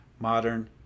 modern